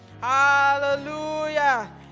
hallelujah